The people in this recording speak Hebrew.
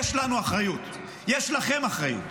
יש לנו אחריות, יש לכם אחריות.